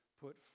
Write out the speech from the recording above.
put